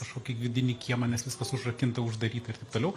kažkokį vidinį kiemą nes viskas užrakinta uždaryta ir taip toliau